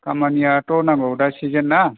खामानियाथ' नांगौ दा सिजेन ना